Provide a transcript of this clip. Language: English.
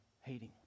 hating